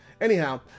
Anyhow